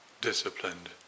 disciplined